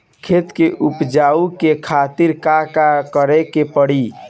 खेत के उपजाऊ के खातीर का का करेके परी?